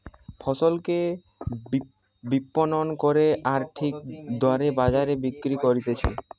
ফসলকে বিপণন করে আর ঠিক দরে বাজারে বিক্রি করতিছে